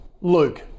Luke